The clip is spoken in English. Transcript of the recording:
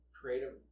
creative